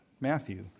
Matthew